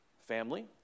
family